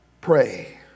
pray